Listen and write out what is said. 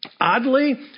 Oddly